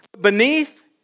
Beneath